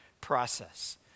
process